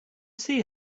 see